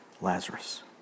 Lazarus